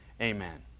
amen